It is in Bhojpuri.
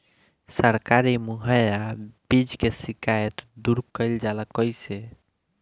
सरकारी मुहैया बीज के शिकायत दूर कईल जाला कईसे?